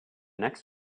next